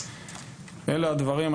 אלה הדברים.